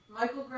Michael